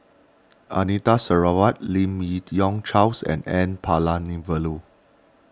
Anita Sarawak Lim Yi Yong Charles and N Palanivelu